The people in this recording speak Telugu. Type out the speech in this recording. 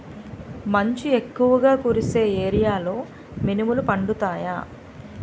మంచు ఎక్కువుగా కురిసే ఏరియాలో మినుములు పండుతాయా?